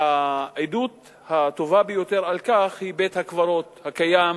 והעדות הטובה ביותר לכך היא בית-הקברות הקיים